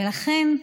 ולכן,